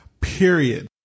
period